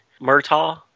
Murtaugh